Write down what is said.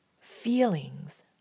feelings